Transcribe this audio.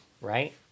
right